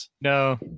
no